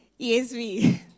ESV